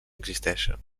existeixen